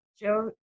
joe